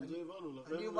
את זה הבנו, לכן הלכנו על זה.